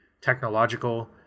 technological